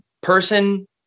person